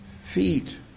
feet